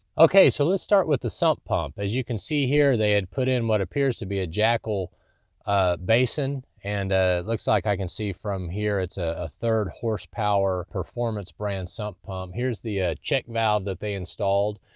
okay, so let's start with the sump pump. as you can see here, they had put in what appears to be a jackel ah basin and ah looks like i can see from here, it's ah a third horsepower performance brand sump pump. here's the ah check valve that they installed,